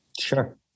Sure